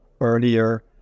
earlier